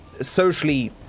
socially